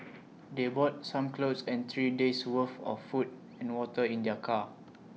they brought some clothes and three days worth of food and water in their car